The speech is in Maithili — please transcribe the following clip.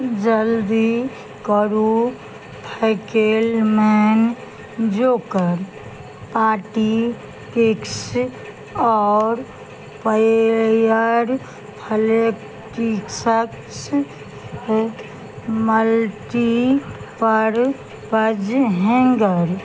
जल्दी करू फैकेलमेन जोकर पार्टी किक्स और पेयर फ्लेक्सक्सक मल्टीपरपस हैंगर